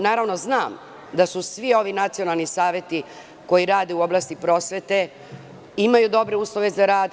Naravno da znam da svi ovi nacionalni saveti, koji rade u oblasti prosvete, imaju dobre uslove za rad.